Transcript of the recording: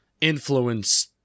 influence